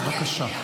בבקשה.